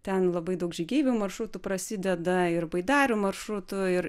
ten labai daug žygeivių maršrutų prasideda ir baidarių maršrutų ir